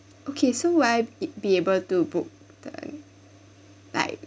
okay so when it be able to book uh like